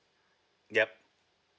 yup